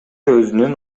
өзүнүн